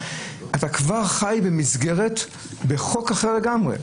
אתה כבר חי בחוק אחר לגמרי.